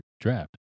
draft